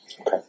Okay